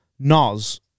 noz